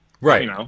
Right